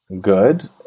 good